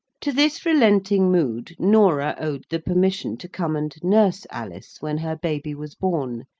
to this relenting mood norah owed the permission to come and nurse alice when her baby was born,